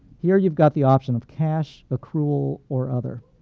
here you've got the option of cash, accrual, or other.